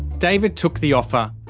david took the offer.